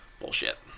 bullshit